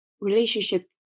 relationship